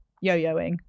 yo-yoing